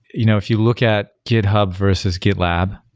you know if you look at github versus gitlab,